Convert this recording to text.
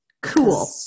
Cool